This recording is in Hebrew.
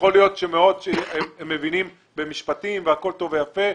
יכול להיות שהם מבנים במשפטים והכול טוב ויפה,